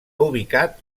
ubicat